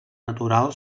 natural